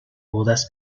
bodas